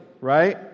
right